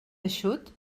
eixut